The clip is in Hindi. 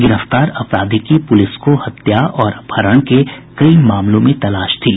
गिरफ्तार अपराधी की पुलिस को हत्या और अपहरण के कई मामलों में तालाश थी